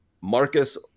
Marcus